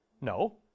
No